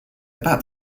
about